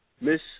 Miss